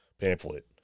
pamphlet